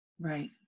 Right